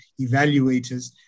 evaluators